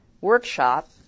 workshop